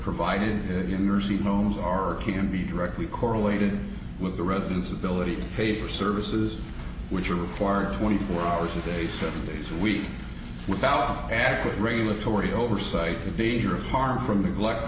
provided in nursing homes or can be directly correlated with the residents of military pay for services which are required twenty four hours a day seven days a week without adequate rail authority oversight the danger of harm from the black